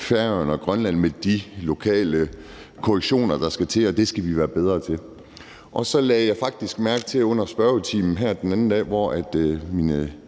Færøerne med de lokale korrektioner, der skal til. Det skal vi være bedre til. Så lagde jeg faktisk mærke til under spørgetiden her den anden dag, at mine